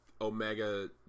Omega